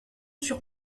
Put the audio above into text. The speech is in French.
sur